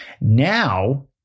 Now